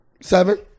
seven